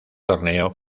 torneo